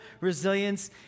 Resilience